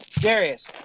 Darius